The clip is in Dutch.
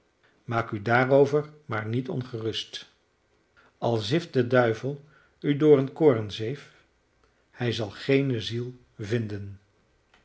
maak u daarover maar niet ongerust al zift de duivel u door een koornzeef hij zal geene ziel vinden